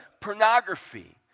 pornography